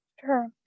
Sure